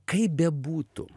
kaip bebūtų